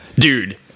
dude